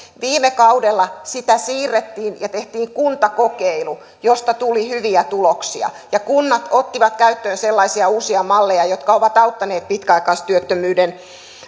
viime kaudella sitä siirrettiin ja tehtiin kuntakokeilu josta tuli hyviä tuloksia ja kunnat ottivat käyttöön sellaisia uusia malleja jotka ovat auttaneet pitkäaikaistyöttömyyden